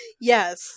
Yes